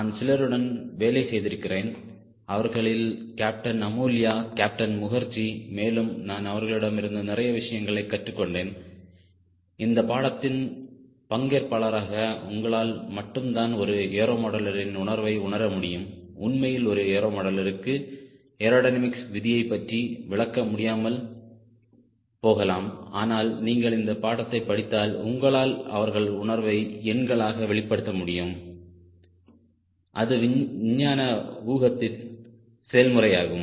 நான் சிலருடன் வேலை செய்திருக்கிறேன் அவர்களில் கேப்டன் அமுல்யா கேப்டன் முகர்ஜி மேலும் நான் அவர்களிடமிருந்து நிறைய விஷயங்களை கற்றுக்கொண்டேன் இந்த பாடத்தின் பங்கேற்பாளராக உங்களால் மட்டும்தான் ஒரு ஏரோ மாடலரின் உணர்வை உணர முடியும்உண்மையில் ஒரு ஏரோ மாடலருக்கு ஏரோடினமிக்ஸ் விதியைப் பற்றி விளக்க முடியாமல் போகலாம் ஆனால் நீங்கள் இந்த பாடத்தை படித்தால் உங்களால் அவர்கள் உணர்வை எண்களாக வெளிப்படுத்த முடியும் அது விஞ்ஞான ஊகத்தின் செயல்முறையாகும்